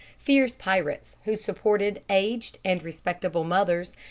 fierce pirates who supported aged and respectable mothers,